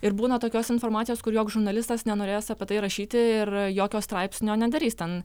ir būna tokios informacijos kur joks žurnalistas nenorės apie tai rašyti ir jokio straipsnio nedarys ten